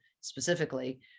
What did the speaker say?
specifically